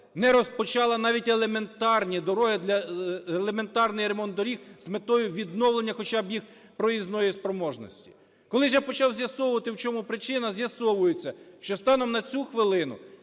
дороги… елементарний ремонт доріг з метою відновлення хоча б їх проїзної спроможності. Коли ж я почав з'ясовувати, в чому причина, з'ясовується, що станом на цю хвилину